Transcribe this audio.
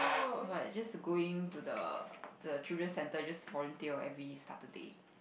just going to the the children's centre just volunteer on every Saturday